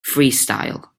freestyle